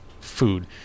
food